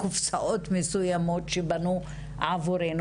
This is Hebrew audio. לקופסאות מסוימות שבנו עבורנו,